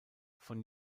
von